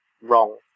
wrong